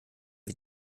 wir